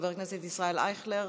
חבר הכנסת ישראל אייכלר,